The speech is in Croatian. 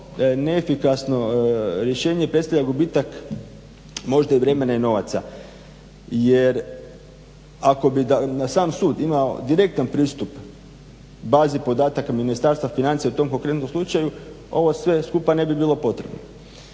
neefikasno rješenje, predstavlja gubitak možda i vremena i novaca. Jer ako bi sam sud imao direktan pristup bazi podataka Ministarstva financija u tom konkretnom slučaju ovo sve skupa ne bi bilo potrebno.